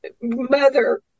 Mother